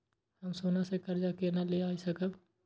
हम सोना से कर्जा केना लाय सकब?